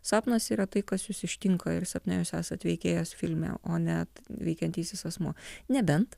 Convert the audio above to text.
sapnas yra tai kas jus ištinka ir sapne jūs esat veikėjas filme o net veikiantysis asmuo nebent